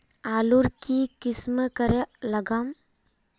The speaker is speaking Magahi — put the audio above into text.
आलूर की किसम करे लागम?